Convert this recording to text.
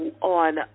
on